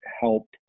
help